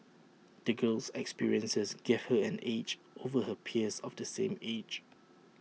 the girl's experiences gave her an edge over her peers of the same age